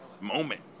moment